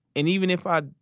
and even if i,